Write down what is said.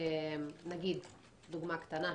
דוגמה קטנה,